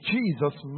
Jesus